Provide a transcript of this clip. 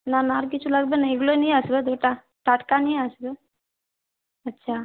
না না আর কিছু লাগবে না এগুলোই নিয়ে আসবে দুটা টাটকা নিয়ে আসবে আচ্ছা